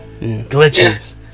glitches